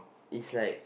it's like